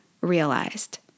realized